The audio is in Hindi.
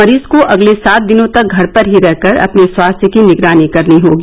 मरीज को अगले सात दिनों तक घर पर ही रहकर अपने स्वास्थ्य की निगरानी करनी होगी